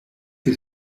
que